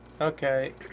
Okay